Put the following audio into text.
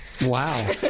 wow